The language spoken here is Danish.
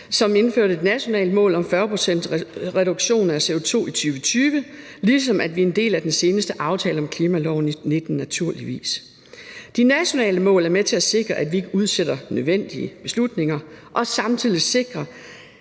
som indførte et nationalt mål om 40-procentsreduktion af CO2 i 2020, ligesom vi er en del af den seneste aftale om klimaloven i 2019, naturligvis. De nationale mål er med til at sikre, at vi ikke udsætter nødvendige beslutninger, og samtidig sikrer